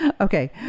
Okay